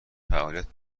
فعالیت